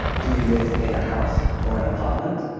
do you live in a house or an apartment?